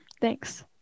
Thanks